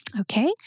Okay